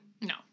No